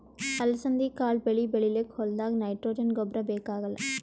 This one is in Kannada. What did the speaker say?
ಅಲಸಂದಿ ಕಾಳ್ ಬೆಳಿ ಬೆಳಿಲಿಕ್ಕ್ ಹೋಲ್ದಾಗ್ ನೈಟ್ರೋಜೆನ್ ಗೊಬ್ಬರ್ ಬೇಕಾಗಲ್